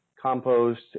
compost